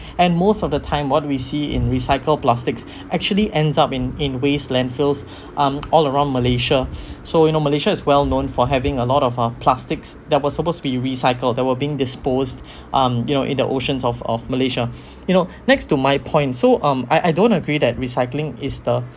and most of the time what we see in recycle plastics actually ends up in in waste landfills um all around malaysia so you know malaysia is well known for having a lot of our plastics that was supposed to be recycled there were being disposed um you know in the oceans of of malaysia you know next to my point so um I I don't agree that recycling is the